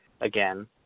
again